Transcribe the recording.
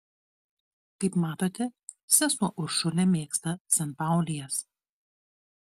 kaip matote sesuo uršulė mėgsta sanpaulijas